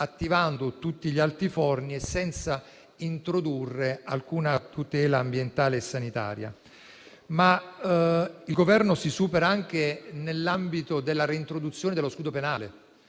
attivando tutti gli altiforni e senza introdurre alcuna tutela ambientale e sanitaria. Il Governo si supera tuttavia anche nell'ambito della reintroduzione dello scudo penale,